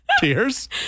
tears